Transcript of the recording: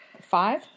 Five